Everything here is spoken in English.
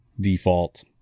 default